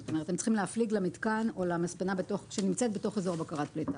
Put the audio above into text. הם צריכים להפליג למתקן או למספנה שנמצאת בתוך אזור בקרת פלטה.